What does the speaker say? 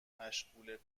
مشغول